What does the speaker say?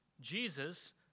Jesus